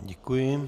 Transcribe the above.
Děkuji.